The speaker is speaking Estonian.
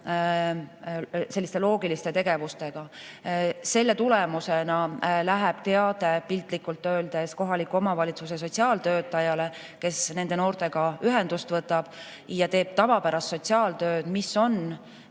selliste loogiliste tegevustega. Selle tulemusena läheb teade piltlikult öeldes kohaliku omavalitsuse sotsiaaltöötajale, kes võtab nende noortega ühendust ja teeb tavapärast sotsiaaltööd, mis on